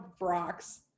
rocks